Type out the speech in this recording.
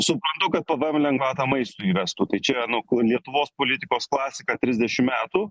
suprantu kad ovm lengvatą maistui įvestų tai čia nu lietuvos politikos klasika trisdešimt metų